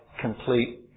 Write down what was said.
complete